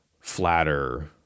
flatter